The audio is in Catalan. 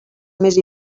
més